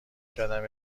کردم